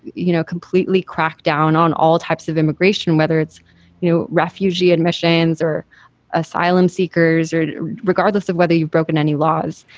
you know, completely crack down on all types of immigration, whether it's refugee admissions or asylum seekers or regardless of whether you've broken any laws.